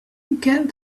get